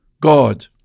God